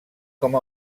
com